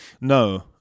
No